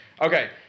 Okay